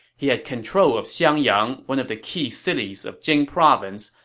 he had control of xiangyang, one of the key cities of jing province,